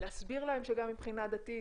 להסביר להם שגם מבחינה דתית,